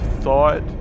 thought